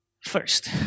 first